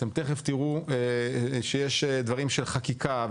אתם תכף תראו שיש דברים של חקיקה,